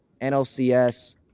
NLCS